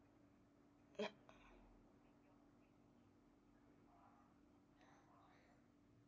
yup